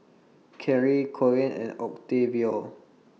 Carry Coen and Octavio